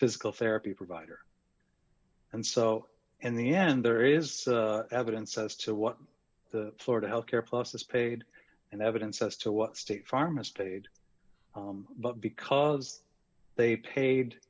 physical therapy provider and so in the end there is evidence as to what the florida health care plus is paid and evidence as to what state farm a state but because they paid